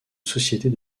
sociétés